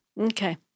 Okay